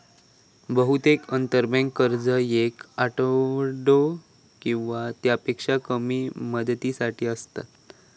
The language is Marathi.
बहुतेक आंतरबँक कर्ज येक आठवडो किंवा त्यापेक्षा कमी मुदतीसाठी असतत